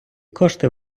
кошти